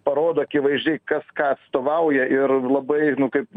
parodo akivaizdžiai kas ką atstovauja ir labai nu kaip